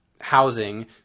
housing